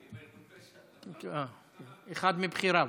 אחד מבכיריה.